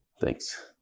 Thanks